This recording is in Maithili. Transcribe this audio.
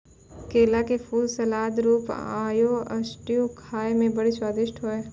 केला के फूल, सलाद, सूप आरु स्ट्यू खाए मे बड़ी स्वादिष्ट होय छै